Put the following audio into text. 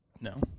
No